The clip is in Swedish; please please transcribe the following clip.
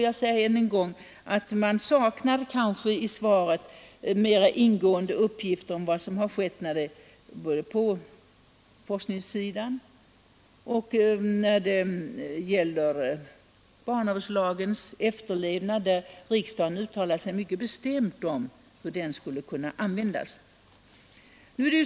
Jag säger ännu en gång att man i svaret kanske saknar mera ingående uppgifter om vad som har skett på forskningssidan och när det gäller barnavårdslagens efterlevnad — riksdagen uttalade sig mycket bestämt om hur den lagen skulle kunna användas.